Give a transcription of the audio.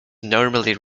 normally